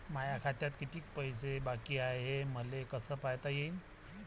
माया खात्यात कितीक पैसे बाकी हाय हे मले कस पायता येईन?